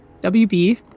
WB